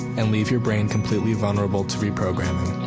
and leave your brain completely vulnerable to re-programming.